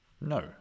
no